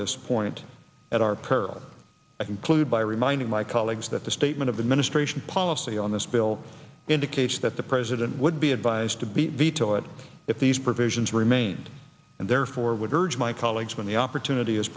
this point at our peril i conclude by reminding my colleagues that the statement of administration policy on this bill indicates that the president would be advised to be vetoed if these provisions remain and therefore would urge my colleagues when the opportunity is